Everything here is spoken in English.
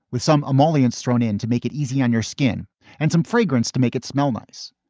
with some emollients thrown in to make it easy on your skin and some fragrance to make it smell nice.